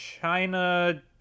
China